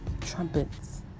trumpets